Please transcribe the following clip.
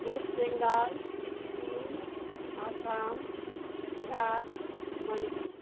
West Bengal Sikkim Assam Bihar Manipur